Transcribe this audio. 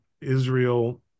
Israel